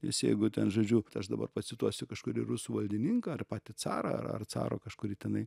nes jeigu ten žodžiu tai aš dabar pacituosiu kažkuri rusų valdininką ar patį carą ar ar caro kažkurį tenai